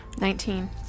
Nineteen